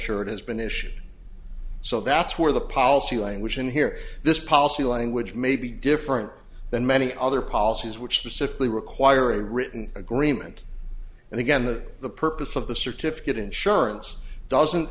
ensure it has been issued so that's where the policy language in here this policy language may be different than many other policies which the stiffly require a written agreement and again that the purpose of the certificate insurance doesn't